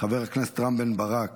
חבר הכנסת רם בן ברק,